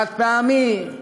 חד-פעמי,